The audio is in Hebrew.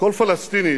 כל פלסטיני